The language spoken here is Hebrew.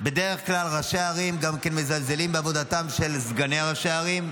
בדרך כלל ראשי ערים מזלזלים בעבודתם של סגני ראשי ערים.